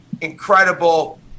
incredible –